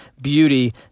beauty